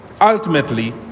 Ultimately